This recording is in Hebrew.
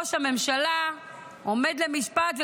ראש הממשלה עומד למשפט,